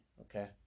Okay